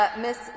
Miss